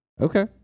okay